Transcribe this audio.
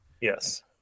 Yes